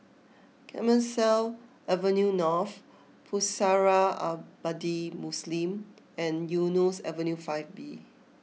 Clemenceau Avenue North Pusara Abadi Muslim and Eunos Avenue five B